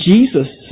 Jesus